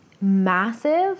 massive